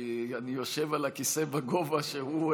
כי אני יושב על הכיסא בגובה שהוא,